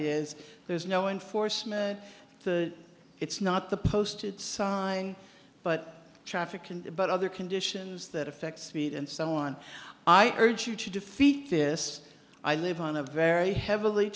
is there's no enforcement it's not the posted sign but traffic can but other conditions that affect speed and so on i urge you to defeat this i live on a very heavily